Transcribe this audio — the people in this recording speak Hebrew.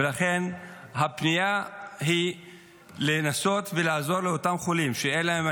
ולכן הפנייה היא לנסות ולעזור לאותם חולים שאין להם,